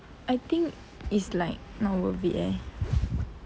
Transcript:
I think is like not worth it eh